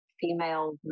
female